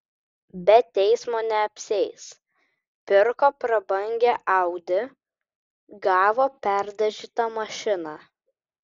be teismo neapsieis pirko prabangią audi gavo perdažytą mašiną